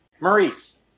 Maurice